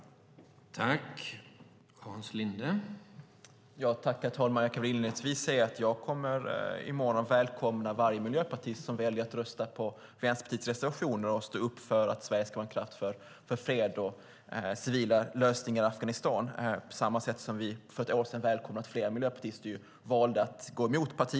I detta anförande instämde Urban Ahlin och Carina Hägg .